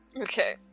Okay